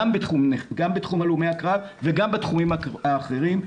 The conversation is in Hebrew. גם בתחום הלומי הקרב וגם בתחומים האחרים,